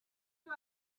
you